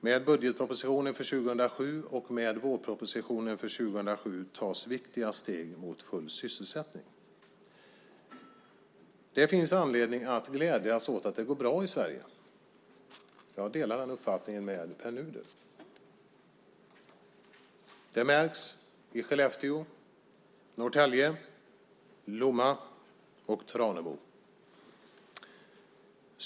Med budgetpropositionen för 2007 och med vårpropositionen för 2007 tas viktiga steg mot full sysselsättning. Det finns anledning att glädjas åt att det går bra i Sverige. Jag delar den uppfattningen med Pär Nuder. Det märks i Skellefteå, Norrtälje, Lomma och Tranemo.